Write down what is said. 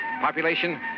Population